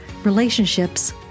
relationships